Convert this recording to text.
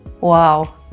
wow